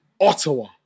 Ottawa